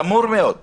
זאת